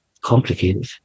complicated